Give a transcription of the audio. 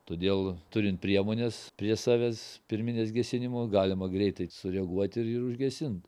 todėl turint priemones prie savęs pirmines gesinimo galima greitai sureaguoti ir užgesint